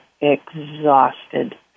exhausted